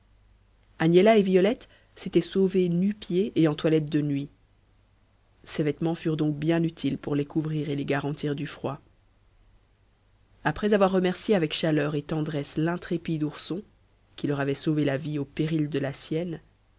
agnella et violette s'étaient sauvées nu-pieds et en toilette de nuit ces vêtements furent donc bien utiles pour les couvrir et les garantir du froid après avoir remercié avec chaleur et tendresse l'intrépide ourson qui leur avait sauvé la vie au péril de la sienne